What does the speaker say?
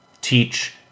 teach